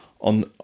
on